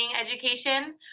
education